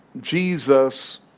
Jesus